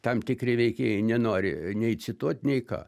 tam tikri veikėjai nenori nei cituot nei ką